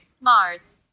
Mars